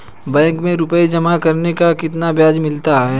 Bank में रुपये जमा करने पर कितना ब्याज मिलता है?